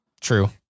true